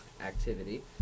activity